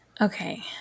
Okay